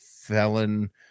felon